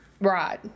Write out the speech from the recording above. Right